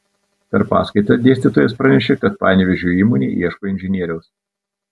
per paskaitą dėstytojas pranešė kad panevėžio įmonė ieško inžinieriaus